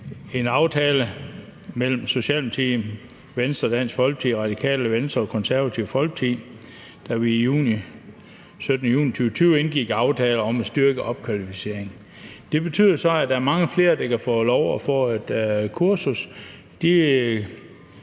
en aftale mellem Socialdemokratiet, Venstre, Dansk Folkeparti, Det Radikale Venstre og Det Konservative Folkeparti. Vi indgik aftalen om at styrke opkvalificering den 17. juni 2020. Det betyder så, at der er mange flere, der kan få lov til at få et kursus,